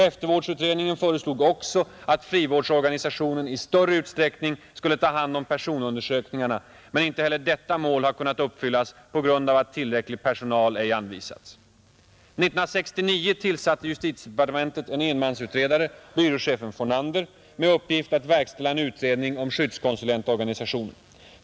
Eftervårdsutredningen föreslog också att frivårdsorganisationen i större utsträckning skulle ta hand om personundersökningarna, men inte heller detta mål har kunnat uppfyllas på grund av att tillräcklig personal ej anvisats. År 1969 tillsatte justitiedepartementet en enmansutredare — byråchefen Fornander — med uppgift att verkställa en utredning om skyddskonsulentorganisationen.